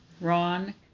Ron